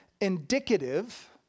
indicative